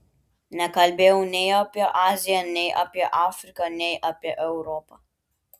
nekalbėjau nei apie aziją nei apie afriką nei apie europą